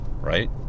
right